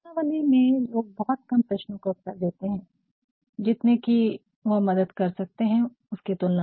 प्रश्नावली में लोग बहुत कम प्रश्नों का उत्तर देते हैं कितने कि वह मदद कर सकते हैं उसके तुलना में